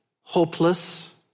Hopeless